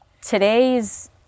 today's